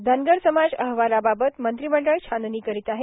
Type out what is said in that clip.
धनगर समाज अहवालाबाबत मंत्रिमंडळ छाननी करीत आहे